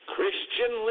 Christian